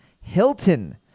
Hilton